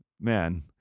man